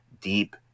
deep